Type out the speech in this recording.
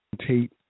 Tate